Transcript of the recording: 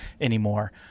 anymore